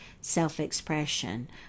self-expression